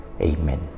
Amen